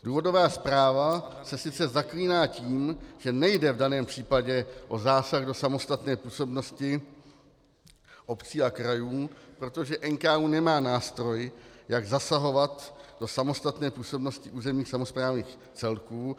Důvodová zpráva se sice zaklíná tím, že nejde v daném případě o zásah do samostatné působnosti obcí a krajů, protože NKÚ nemá nástroj, jak zasahovat do samostatné působnosti územních samosprávných celků.